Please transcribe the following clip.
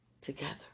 together